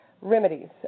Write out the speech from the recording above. remedies